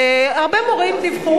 והרבה מורים דיווחו,